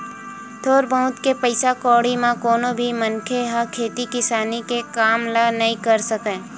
थोर बहुत के पइसा कउड़ी म कोनो भी मनखे ह खेती किसानी के काम ल नइ कर सकय